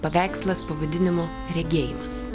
paveikslas pavadinimu regėjimas